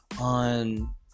on